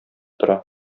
тора